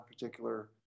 particular